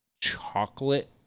chocolate